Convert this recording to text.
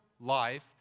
life